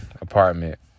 Apartment